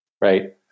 right